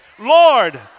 Lord